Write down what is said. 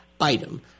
item